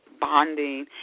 bonding